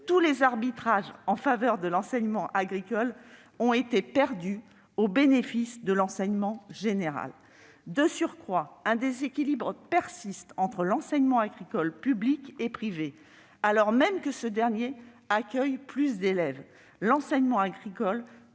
tous les arbitrages en faveur de l'enseignement agricole ont été perdus au bénéfice de l'enseignement général. Eh oui ! De surcroît, un déséquilibre persiste entre les enseignements agricoles public et privé : alors même que ce dernier accueille plus d'élèves, il reçoit